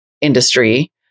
industry